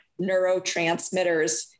neurotransmitters